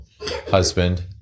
husband